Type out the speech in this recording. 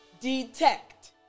detect